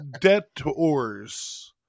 debtors